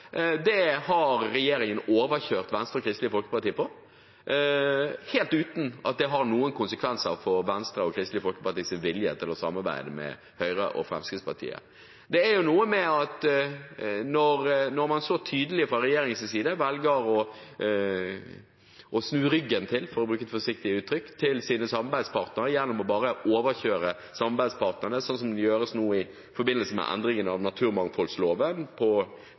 det området har regjeringen overkjørt Venstre og Kristelig Folkeparti – helt uten at det har noen konsekvenser for Venstres og Kristelig Folkepartis vilje til å samarbeide med Høyre og Fremskrittspartiet. Det er noe med at når man så tydelig fra regjeringens side velger å snu ryggen til sine samarbeidspartnere, for å bruke et forsiktig uttrykk, gjennom å overkjøre samarbeidspartnerne, sånn som det gjøres nå i forbindelse med endringene av naturmangfoldloven